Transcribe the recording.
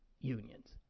unions